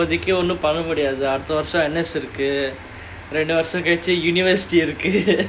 அடுத்த வருஷம் இருக்கு ரெண்டு வருஷம் கழிச்சி:adutha varusham irukku rendu varusham kalichi university இருக்கு:irukku